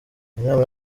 inama